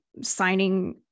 signing